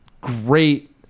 great